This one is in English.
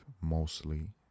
mostly